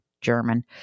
German